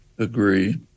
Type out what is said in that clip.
agree